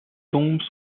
tombes